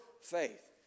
faith